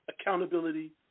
accountability